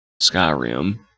Skyrim